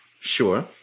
Sure